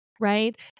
right